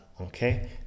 okay